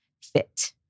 fit